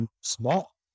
small